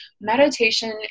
meditation